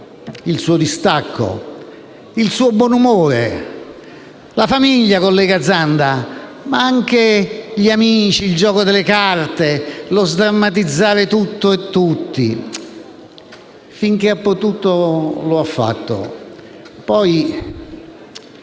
nel suo distacco e nel suo buon umore: la famiglia, collega Zanda, ma anche gli amici, il gioco delle carte, lo sdrammatizzare tutto e tutti. Finché ha potuto lo ha fatto, poi